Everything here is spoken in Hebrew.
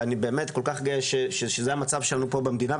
אני באמת כל כך גאה שזה המצב שלנו פה במדינה,